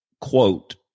quote